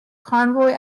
convoy